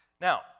Now